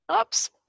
Oops